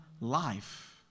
life